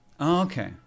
Okay